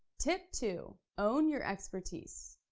tip two, own your expertise.